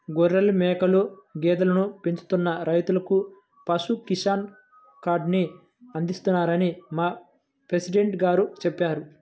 గొర్రెలు, మేకలు, గేదెలను పెంచుతున్న రైతులకు పశు కిసాన్ కార్డుని అందిస్తున్నారని మా ప్రెసిడెంట్ గారు చెప్పారు